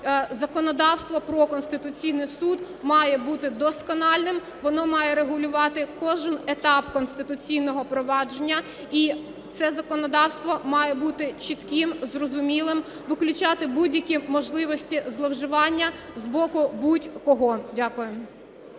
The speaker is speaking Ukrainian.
законодавство про Конституційний Суд має бути доскональним, воно має регулювати кожен етап конституційного провадження. І це законодавство має бути чітким, зрозумілим, виключати будь-які можливості зловживання з боку будь-кого. Дякую.